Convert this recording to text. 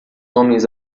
homens